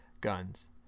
guns